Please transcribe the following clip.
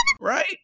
right